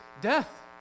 death